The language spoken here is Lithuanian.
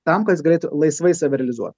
tam kad jis galėtų laisvai save realizuot